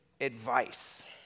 advice